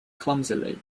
clumsily